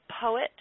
poet